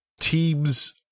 Teams